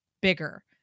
bigger